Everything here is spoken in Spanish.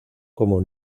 como